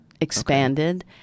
expanded